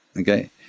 okay